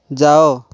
ଯାଅ